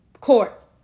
court